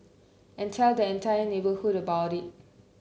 and tell the entire neighbourhood about it